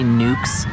nukes